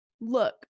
look